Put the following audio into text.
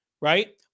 right